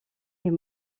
est